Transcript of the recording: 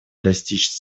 достичь